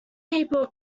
people